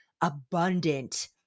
abundant